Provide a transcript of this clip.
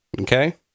okay